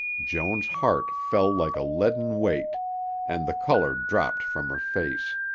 joan's heart fell like a leaden weight and the color dropped from her face.